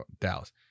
Dallas